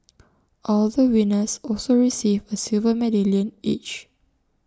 all the winners also received A silver medallion each